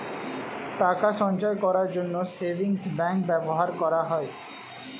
টাকা সঞ্চয় করার জন্য সেভিংস ব্যাংক ব্যবহার করা হয়